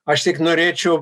aš tik norėčiau